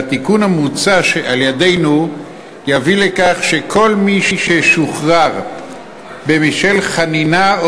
והתיקון המוצע על-ידינו יביא לכך שכל מי ששוחרר בשל חנינה או